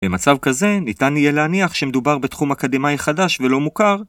במצב כזה, ניתן יהיה להניח שמדובר בתחום אקדמי חדש ולא מוכר.